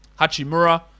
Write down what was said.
Hachimura